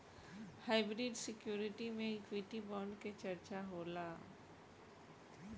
hybrid security में equity bond के चर्चा होला